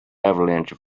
avalanche